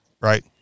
Right